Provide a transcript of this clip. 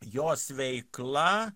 jos veikla